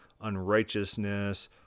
unrighteousness